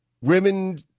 Women